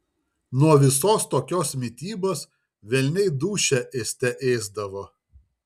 nuo visos tokios mitybos velniai dūšią ėste ėsdavo